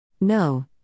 No